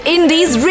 Indies